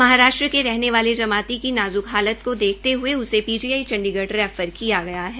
महाराष्ट्र रहने वाले जमाती की नाजूक हालत को देखते हये उसे पीजीआई चंडीगढ़ रैफर किया गया है